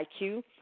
IQ